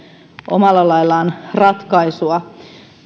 omalla laillaan ratkaisua